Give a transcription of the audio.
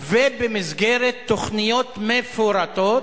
ובמסגרת תוכניות מפורטות,